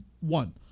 one